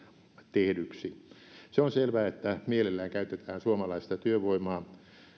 tehdyiksi se on selvää että mielellään käytetään suomalaista työvoimaa